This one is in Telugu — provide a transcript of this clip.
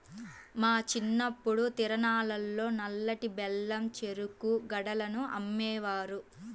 మా చిన్నప్పుడు తిరునాళ్ళల్లో నల్లటి బెల్లం చెరుకు గడలను అమ్మేవారు